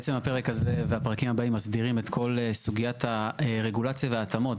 בעצם הפרק הזה והפרקים הבאים מסדירים את כל סוגיית הרגולציה והתאמות.